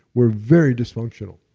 we're very dysfunctional.